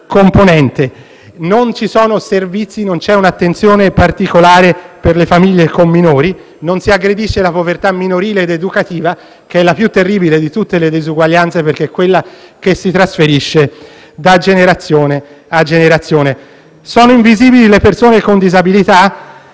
componente. Non ci sono servizi, non c'è un'attenzione particolare per le famiglie con minori e non si aggredisce la povertà minorile ed educativa, che è la più terribile di tutte le disuguaglianze, perché è quella che si trasferisce di generazione in generazione. Sono invisibili le persone con disabilità: